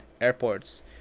Airports